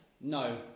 No